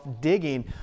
digging